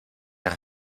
has